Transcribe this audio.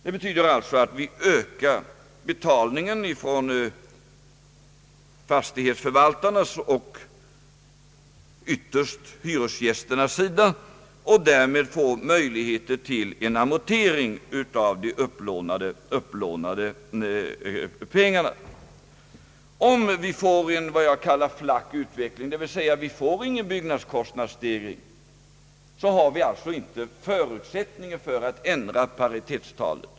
Det betyder alltså att vi ökar betalningen ifrån fastighetsförvaltarnas och ytterst hyresgästernas sida och därmed får möjlighet till en amortering av de upplånade pengarna. Om vi får en vad jag kallar flack utveckling, dvs. vi får ingen stegring av byggnadskostnaderna, har vi alltså inte förutsättningarna för att ändra paritetstalet.